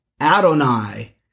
Adonai